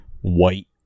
white